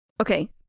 Okay